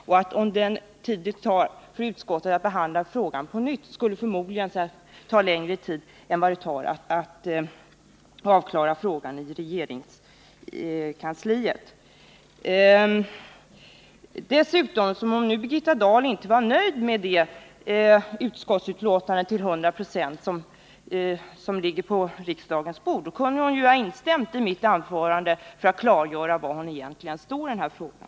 Om utskottet skulle behandla frågan på nytt skulle det förmodligen ta längre tid än det tar att klara av frågan i regeringskansliet. Dessutom: Om nu Birgitta Dahl inte till hundra procent var nöjd med det utskottsbetänkande som ligger på riksdagens bord, kunde hon ha instämt i mitt anförande för att klargöra var hon egentligen står i den här frågan.